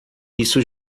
isso